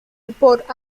report